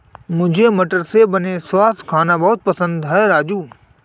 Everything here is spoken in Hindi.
मुझे टमाटर से बने सॉस खाना बहुत पसंद है राजू